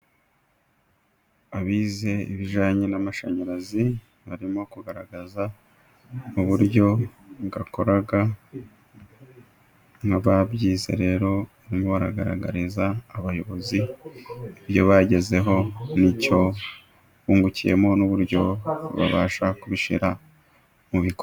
Abize ibijyanye n'amashanyarazi barimo kugaragaza mu uburyo akora, nk'ababyize rero bamwe baragaragariza abayobozi ibyo bagezeho n'icyo bungukiyemo n'uburyo babasha kubishyira mu bikorwa.